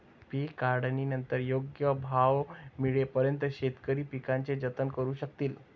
पीक काढणीनंतर योग्य भाव मिळेपर्यंत शेतकरी पिकाचे जतन करू शकतील